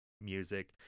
music